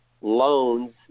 loans